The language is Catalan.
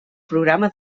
programa